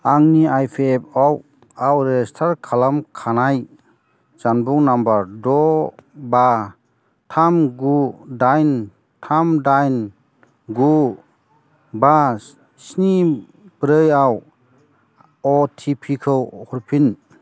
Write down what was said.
आंनि इपिएफअ' आव रेजिस्टार खालामखानाय जानबुं नम्बर द' बा थाम गु दाइन थाम दाइन गु बा स्नि ब्रैआव अटिपि खौ हरफिन